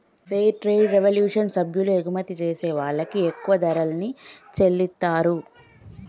fair trade revolution సభ్యులు ఎగుమతి జేసే వాళ్ళకి ఎక్కువ ధరల్ని చెల్లిత్తారు